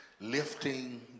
lifting